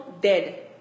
dead